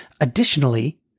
Additionally